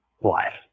life